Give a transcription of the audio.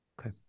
okay